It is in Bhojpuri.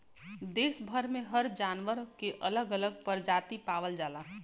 देस भर में हर जानवर के अलग अलग परजाती पावल जाला